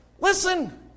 Listen